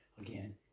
Again